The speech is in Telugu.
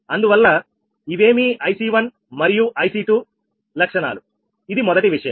అందువల్ల ఇవేమీ IC1 మరియు you IC2 లక్షణాలు ఇది మొదటి విషయం